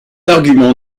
argument